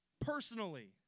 personally